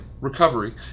recovery